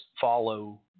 follow